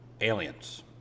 Aliens